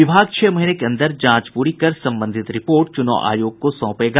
विभाग छह महीने के अन्दर जांच पूरी कर संबंधित रिपोर्ट चुनाव आयोग को सौंपेगा